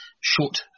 short